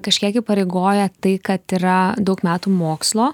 kažkiek įpareigoja tai kad yra daug metų mokslo